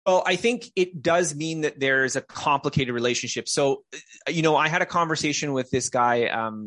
אני חושב שזה אומר שיש מערכת יחסים מסובכת אז, אתה יודע, היתה לי שיחה עם בחור...